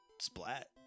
splat